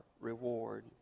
reward